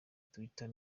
twitter